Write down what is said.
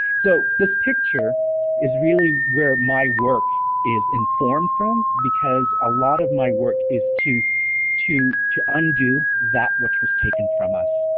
so this picture is really where my work is informed from because a lot of my work is to to undo that which was taken from us.